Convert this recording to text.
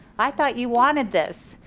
i thought you wanted this.